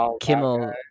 Kimmel